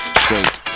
straight